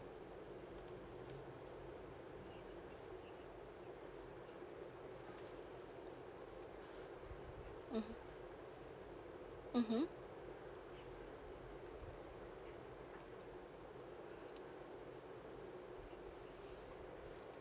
mmhmm mmhmm